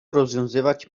rozwiązywać